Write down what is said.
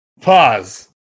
Pause